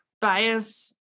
bias